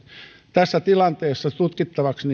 tässä tilanteessa tutkittavaksi